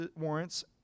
warrants